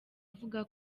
avuga